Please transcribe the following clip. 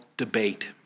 debate